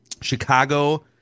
Chicago